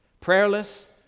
prayerless